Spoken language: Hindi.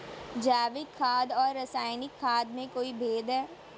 जैविक खाद और रासायनिक खाद में कोई भेद है?